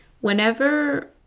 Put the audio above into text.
whenever